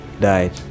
died